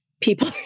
people